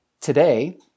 today